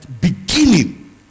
beginning